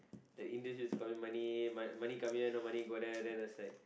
the Indians just call me money money come here no money go there then just like